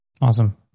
Awesome